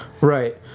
Right